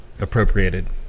appropriated